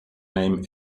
name